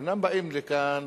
אינם באים לכאן